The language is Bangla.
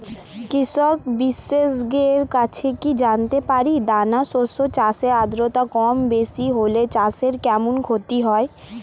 কৃষক বিশেষজ্ঞের কাছে কি জানতে পারি দানা শস্য চাষে আদ্রতা কমবেশি হলে চাষে কেমন ক্ষতি হয়?